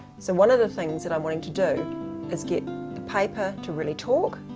so one of the things that i want to do is get the paper to really talk,